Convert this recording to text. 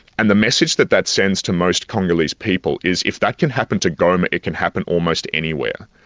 and the message that that sends to most congolese people is if that can happen to goma it can happen almost anywhere.